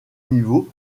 niveau